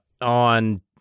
on